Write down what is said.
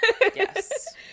yes